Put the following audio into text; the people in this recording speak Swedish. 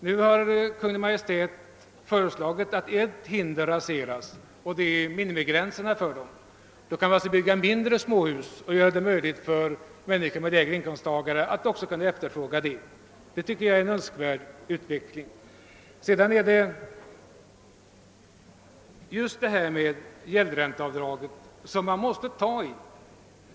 Nu har Kungl. Maj:t föreslagit att ett hinder skall raseras, och det är minimigränserna. Då kan man alltså bygga mindre småhus och göra det möjligt för människor med lägre inkomster att också kunna efterfråga sådana. Det tycker jag är en önskvärd utveckling. Gäldränteavdraget måste man ta hänsyn till.